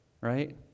right